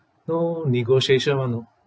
no negotiation [one] you know